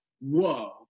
whoa